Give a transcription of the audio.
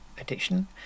addiction